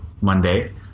Monday –